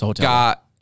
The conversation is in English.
got